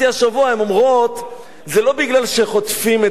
הן אומרות: זה לא מפני שחוטפים את השרשרת